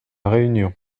réunion